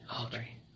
Audrey